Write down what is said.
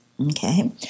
Okay